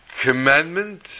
commandment